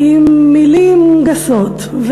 עם מילים גסות,